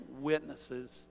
witnesses